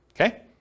okay